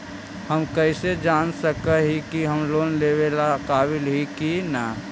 हम कईसे जान सक ही की हम लोन लेवेला काबिल ही की ना?